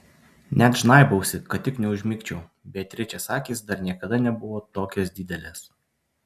net žnaibausi kad tik neužmigčiau beatričės akys dar niekada nebuvo tokios didelės